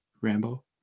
Rambo